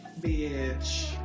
Bitch